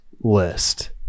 list